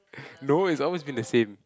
no it's always been the same